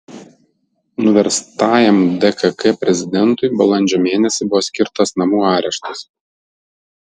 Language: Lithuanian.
nuverstajam dkk prezidentui balandžio mėnesį buvo skirtas namų areštas